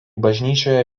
bažnyčioje